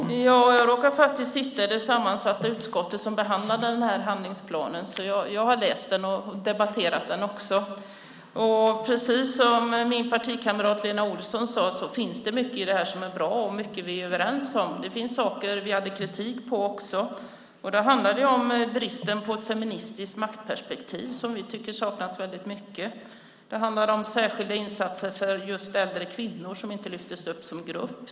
Herr talman! Jag råkade faktiskt sitta i det sammansatta utskott som behandlade handlingsplanen, så jag har både läst och debatterat den. Precis som min partikamrat Lena Olsson sade finns det mycket här som är bra och mycket som vi är överens om. Det finns dock saker vi hade kritik mot. Det handlade om bristen på ett feministiskt maktperspektiv som vi tyckte saknades. Det handlade om särskilda insatser för äldre kvinnor som inte lyftes upp som grupp.